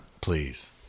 please